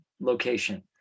location